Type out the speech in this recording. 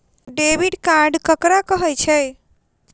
Debit card ककरा कहै छै?